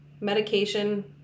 medication